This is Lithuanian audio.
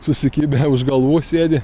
susikibę už galvų sėdi